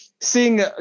seeing